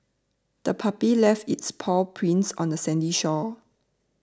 the puppy left its paw prints on the sandy shore